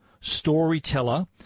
storyteller